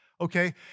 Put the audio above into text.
Okay